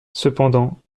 cependant